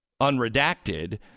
unredacted